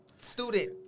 student